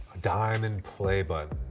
diamond play but